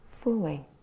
fully